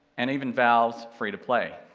and even valve's free to play.